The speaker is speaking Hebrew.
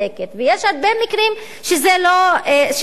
ויש הרבה מקרים שזה לא נכון,